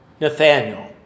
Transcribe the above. Nathaniel